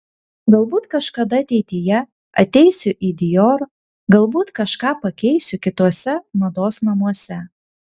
galbūt kažkada ateityje ateisiu į dior galbūt kažką pakeisiu kituose mados namuose